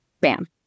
bam